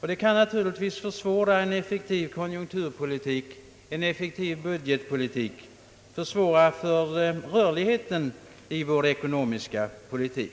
Det kan naturligtvis försvåra en effektiv konjunkturoch budgetpolitik, försvåra rörligheten i vår ekonomiska politik.